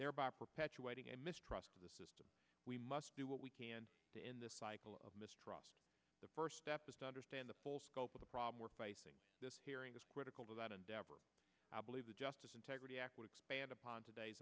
thereby perpetuating a mistrust of the system we must do what we can to end this cycle of mistrust the first step is to understand the full scope of the problem we're facing this hearing is critical to that endeavor i believe the justice integrity act would expand upon today's